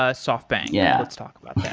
ah softbank, yeah let's talk about that.